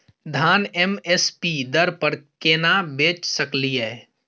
धान M S P दर पर केना बेच सकलियै?